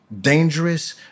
dangerous